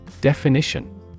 Definition